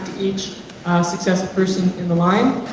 each successive person in the line,